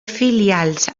filials